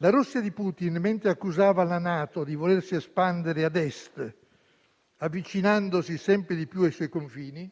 Mentre accusava la NATO di volersi espandere ad Est, avvicinandosi sempre di più ai suoi confini,